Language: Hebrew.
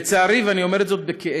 לצערי, ואני אומר את זה בכאב,